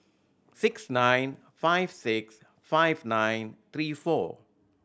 six nine five six five nine three four